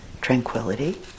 tranquility